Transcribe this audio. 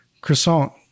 croissant